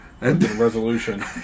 resolution